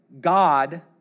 God